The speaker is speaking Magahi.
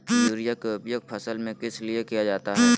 युरिया के उपयोग फसल में किस लिए किया जाता है?